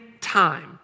time